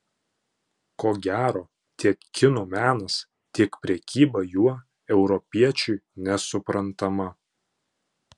ko gero tiek kinų menas tiek prekyba juo europiečiui nesuprantama